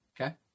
Okay